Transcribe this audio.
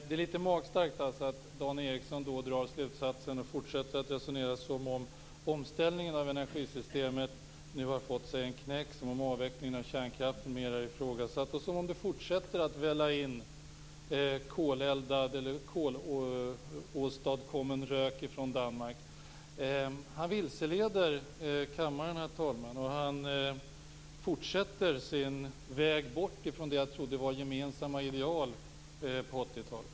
Det är litet magstarkt att Dan Ericsson då drar slutsatsen och fortsätter att resonera som om omställningen av energisystemet nu har fått sig en knäck, som om avvecklingen av kärnkraften är mer ifrågasatt, och som om det fortsätter att välla in kolåstadkommen rök från Danmark. Herr talman! Dan Ericsson vilseleder kammaren och fortsätter på sin väg bort från det jag trodde var gemensamma ideal på 80-talet.